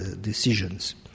decisions